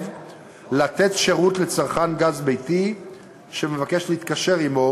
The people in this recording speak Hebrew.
לתת שירות לצרכן גז ביתי המבקש להתקשר עמו,